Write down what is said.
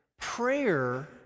prayer